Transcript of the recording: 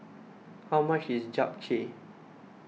how much is Japchae